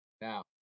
Now